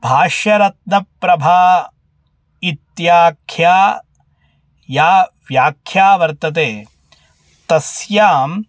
भाष्यरत्नप्रभा इत्याख्या या व्याख्या वर्तते तस्यां